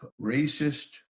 racist